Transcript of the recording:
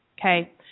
Okay